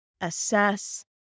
assess